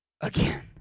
again